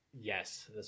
yes